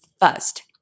first